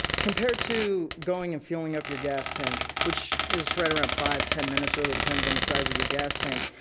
compared to going and fueling up your gas tank, which is right around five, ten minutes, really, depends on the size of your gas tank.